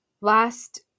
Last